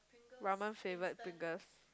ramen flavoured pringles